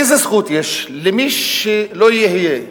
איזה זכות יש, למי שלא יהיה,